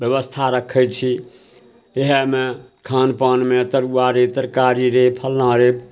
बेबस्था रखै छी इएहमे खानपानमे तरुआ रे तरकारी रे फल्लाँ रे